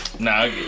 Nah